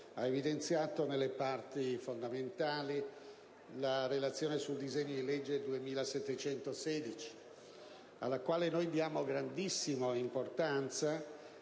ha già svolto nelle sue parti fondamentali la relazione sul disegno di legge n. 2716, al quale noi diamo grandissima importanza